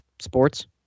sports